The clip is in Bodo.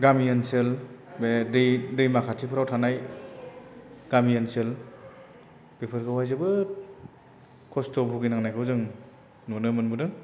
गामि ओनसोल बे दै दैमा खाथिफोराव थानाय गामि ओनसोल बेफोरखौहाय जोबोद खस्त' भुगिनांनायखौ जों नुनो मोनबोदों